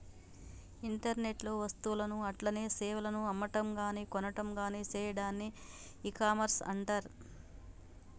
internet లో వస్తువులను అట్లనే సేవలను అమ్మటంగాని కొనటంగాని సెయ్యాడాన్ని ఇకామర్స్ అంటర్